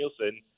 Nielsen